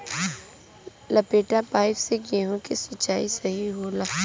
लपेटा पाइप से गेहूँ के सिचाई सही होला?